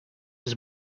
was